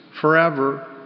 forever